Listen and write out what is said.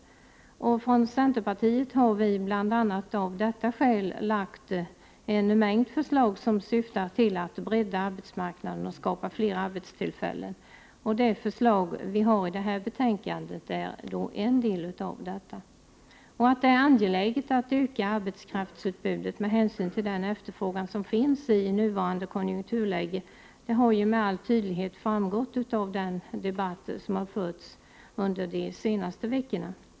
Från centerpartiet har vi bl.a. av detta skäl lagt fram en mängd förslag som syftar till att bredda arbetsmarknaden och skapa fler arbetstillfällen. Det förslag vi har i det här betänkandet är då en del av detta. Att det är angeläget att öka arbetskraftsutbudet med hänsyn till den efterfrågan som finns i nuvarande konjunkturläge har med all tydlighet framgått av den debatt som förts under de senaste veckorna.